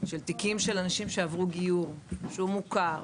של תיקים של אנשים שעברו גיור שהוא מוכר,